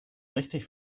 richtig